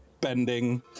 bending